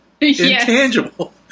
intangible